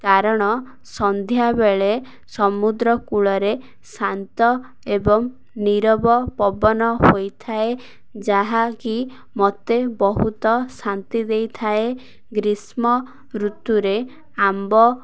କାରଣ ସନ୍ଧ୍ୟାବେଳେ ସମୁଦ୍ରକୂଳରେ ଶାନ୍ତ ଏବଂ ନିରବ ପବନ ହୋଇଥାଏ ଯାହାକି ମୋତେ ବହୁତ ଶାନ୍ତି ଦେଇଥାଏ ଗ୍ରୀଷ୍ମ ଋତୁରେ ଆମ୍ବ